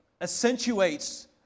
accentuates